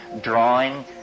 drawing